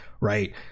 right